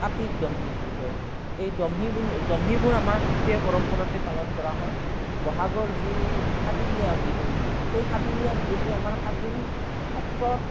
কাতিৰ দমহি বুলি কয় এই দমহি দমহিবোৰ আমাৰ সত্ৰীয়া পৰম্পৰাতেই পালন কৰা হয় বহাগৰ যি সাতদিনীয়া বিহু সেই সাতদিনীয়া বিহুটো আমাৰ সাত দিন সত্ৰত